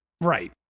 right